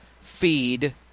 feed